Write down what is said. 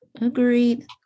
Agreed